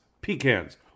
pecans